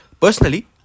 Personally